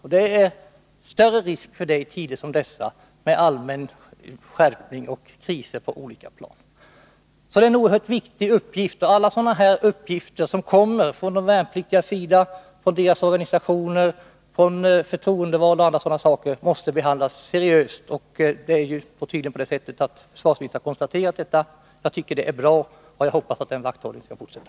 Och det är större risk för det i tider som dessa med ett allmänt skärpt läge och kriser på olika plan. Det är alltså en oerhört viktig uppgift. Alla sådana här uppgifter från de värnpliktiga och deras organisationer, 19 förtroendevalda och andra, måste behandlas seriöst. Försvarsministern har tydligen konstaterat vad som hänt. Jag tycker det är bra. Jag tycker att den vakthållningen skall fortsätta.